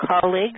colleagues